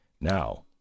Now